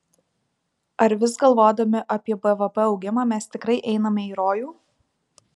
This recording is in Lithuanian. ar vis galvodami apie bvp augimą mes tikrai einame į rojų